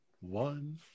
one